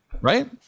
Right